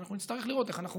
אנחנו נצטרך לראות איך אנחנו